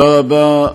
תודה רבה,